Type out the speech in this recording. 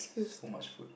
so much food